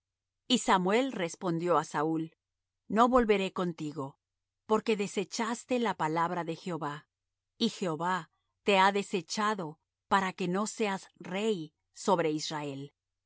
y samuel respondió á saúl no volveré contigo porque desechaste la palabra de jehová y jehová te ha desechado para que no seas rey sobre israel